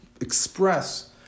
express